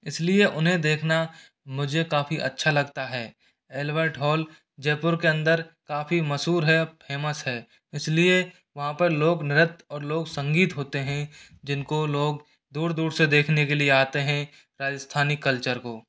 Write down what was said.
इसलिए उन्हें देखना मुझे काफ़ी अच्छा लगता है एल्बर्ट हॉल जयपुर के अंदर काफ़ी मशहूर है फेमस है इसलिए वहाँ पर लोकनृत्य और लोग संगीत होते हैं जिनको लोग दूर दूर से देखने के लिए आते हैं राजस्थानी कल्चर को